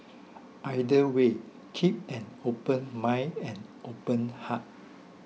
either way keep an open mind and open heart